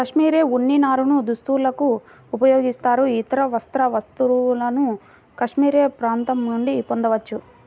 cashmere ఉన్ని నారను దుస్తులకు ఉపయోగిస్తారు, ఇతర వస్త్ర వస్తువులను కాష్మెరె ప్రాంతం నుండి పొందవచ్చు